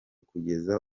kugeza